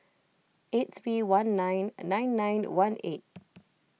eight three one nine nine nine one eight